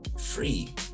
free